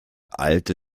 alte